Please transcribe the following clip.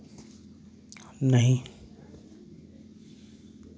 नहीं